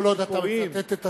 כל עוד אתה מצטט את עצמך,